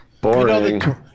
Boring